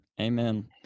Amen